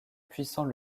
puissant